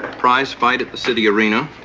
prizefight at the city arena